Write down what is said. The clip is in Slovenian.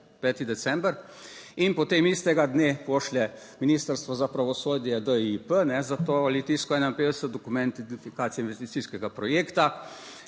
5. december in potem istega dne pošlje ministrstvo za pravosodje DIP za to Litijsko 51 dokument identifikacije investicijskega projekta